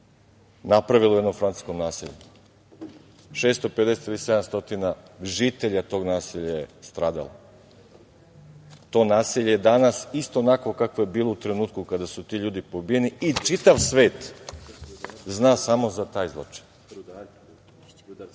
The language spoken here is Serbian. napravila u jednom francuskom naselju, 650 ili 700 žitelja tog naselja je stradalo. To naselje je danas isto onakvo kakvo je bilo u trenutku kada su ti ljudi pobijeni i čitav svet zna samo za taj